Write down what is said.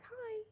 hi